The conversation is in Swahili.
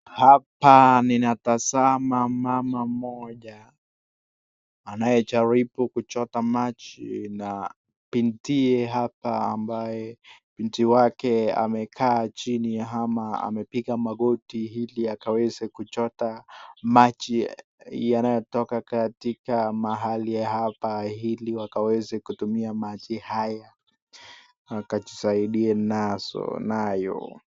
Hapa ninatasama moja anaye karibu kuchota maji na bindie hapa ambaye bindi yake amekaa chini ama amepika magoti hili akaweze kuchota maji yanayotoka katika mahali hapa hili wakaweze kutumia maji haya wakajisaidie nayo.